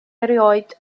erioed